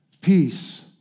peace